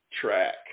track